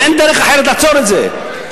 ואין דרך אחרת לעצור את זה,